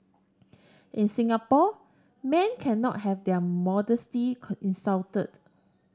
in Singapore men cannot have their modesty insulted